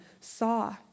saw